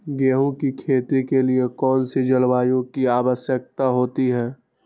गेंहू की खेती के लिए कौन सी जलवायु की आवश्यकता होती है?